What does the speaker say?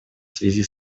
связи